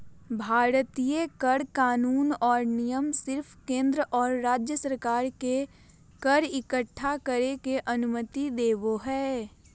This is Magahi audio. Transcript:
भारतीय कर कानून और नियम सिर्फ केंद्र और राज्य सरकार के कर इक्कठा करे के अनुमति देवो हय